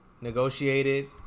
negotiated